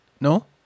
No